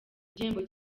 igihembo